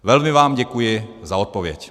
Velmi vám děkuji za odpověď.